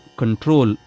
control